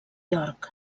york